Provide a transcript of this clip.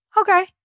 okay